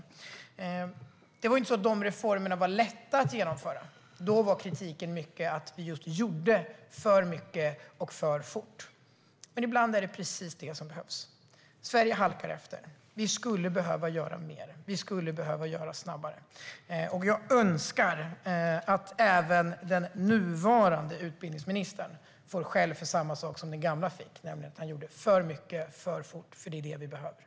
Men det var inte så att de reformerna var lätta att genomföra. Då gick kritiken i mycket ut på att vi gjorde för mycket för fort. Men ibland är det precis det som behövs. Sverige halkar efter. Vi skulle behöva göra mer och göra det snabbare. Jag önskar att även den nuvarande utbildningsministern får skäll för samma sak som den gamla fick, nämligen att han gjorde för mycket för fort, för det är det vi behöver.